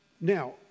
now